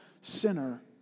sinner